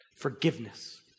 Forgiveness